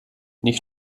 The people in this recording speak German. nicht